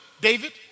David